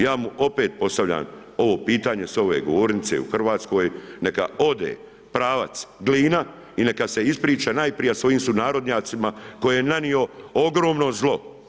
Ja mu opet postavljam ovo pitanje s ove govornice u Hrvatskoj, neka ode pravac Glina i neka se ispriča najprije svojim sunarodnjacima kojima je nanio ogromno zlo.